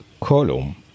column